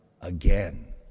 again